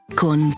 con